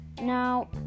Now